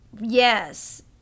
Yes